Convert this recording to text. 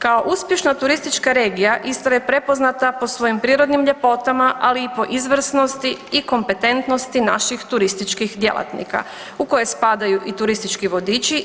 Kao uspješna turistička regija Istra je prepoznata po svojim prirodnim ljepotama, ali i po izvrsnosti i kompetentnosti naših turističkih djelatnika u koje spadaju i turistički vodiči.